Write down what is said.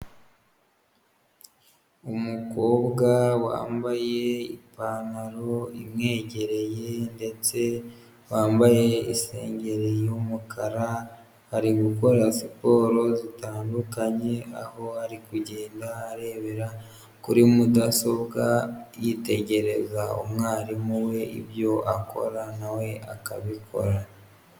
Umukobwa wambaye ipantaro imwegereye, ndetse wambaye isengere y'umukara ari gukora siporo zitandukanye, aho ari kugenda arebera kuri mudasobwa yitegereza umwarimu we, ibyo akora nawe akabikora.